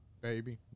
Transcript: baby